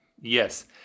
Yes